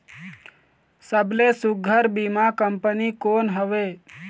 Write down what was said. सबले सुघ्घर बीमा कंपनी कोन हवे?